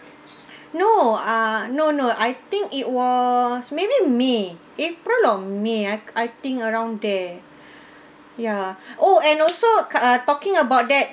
no ah no no I think it was maybe may april or may I k~ I think around there ya oh and also k~ uh talking about that